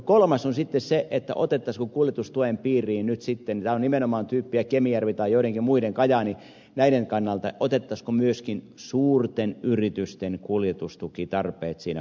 kolmas on sitten se otettaisiinko kuljetustuen piiriin nyt tämä on nimenomaan kemijärven tai joidenkin muiden kajaanin näiden kannalta tärkeää myöskin suurten yritysten kuljetustukitarpeet siinä huomioon